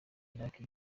iraki